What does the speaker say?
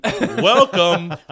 welcome